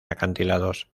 acantilados